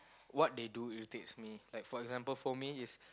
what they do irritates me like for example for me is